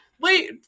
Wait